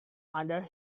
under